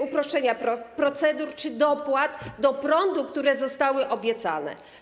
uproszczenia procedur czy dopłat do prądu, co zostało obiecane.